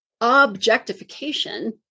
objectification